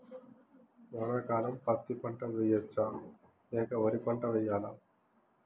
వానాకాలం పత్తి పంట వేయవచ్చ లేక వరి పంట వేయాలా?